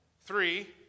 three